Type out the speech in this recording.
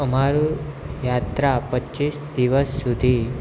અમારું યાત્રા પચીસ દિવસ સુધી